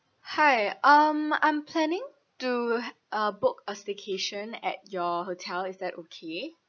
hi um I'm planning to uh book a staycation at your hotel is that okay